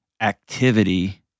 activity